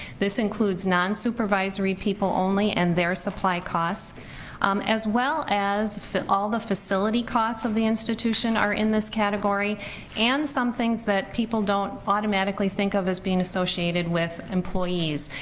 this includes non-supervisory people only and their supply costs as well as all the facility costs of the institution are in this category and some things that people don't automatically think of as being associated with employees.